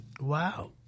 wow